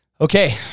Okay